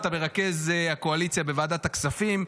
אתה מרכז הקואליציה בוועדת הכספים,